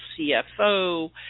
CFO